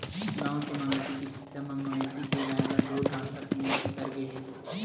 गाँव के मवेशी चिकित्सा म मवेशी के इलाज बर ढ़ोर डॉक्टर के नियुक्ति करे गे हे